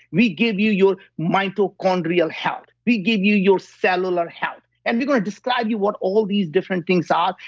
we give you your mitochondrial health. we give you your cellular health, and we're going to describe you what all these different things are.